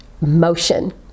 motion